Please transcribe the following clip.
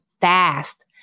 fast